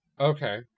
Okay